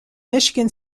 michigan